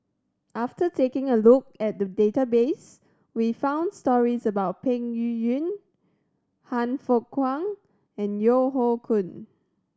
after taking a look at the database we found stories about Peng Yuyun Han Fook Kwang and Yeo Hoe Koon